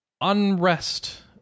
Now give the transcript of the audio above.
Unrest